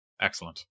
Excellent